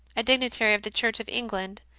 a dignitary of the church of england,